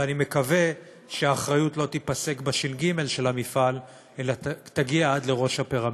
ואני מקווה שהאחריות לא תיפסק בש"ג של המפעל אלא תגיע עד לראש הפירמידה.